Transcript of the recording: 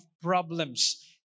problems